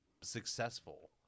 successful